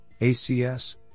ACS